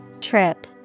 Trip